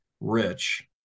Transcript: rich